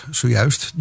zojuist